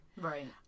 Right